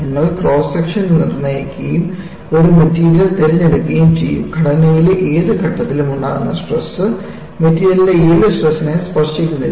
നിങ്ങൾ cross section നിർണ്ണയിക്കുകയും ഒരു മെറ്റീരിയൽ തിരഞ്ഞെടുക്കുകയും ചെയ്യും ഘടനയിലെ ഏത് ഘട്ടത്തിലും ഉണ്ടാകുന്ന സ്ട്രെസ് മെറ്റീരിയലിന്റെ യീൽഡ് സ്ട്രെസ്നെ സ്പർശിക്കുന്നില്ല